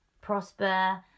Prosper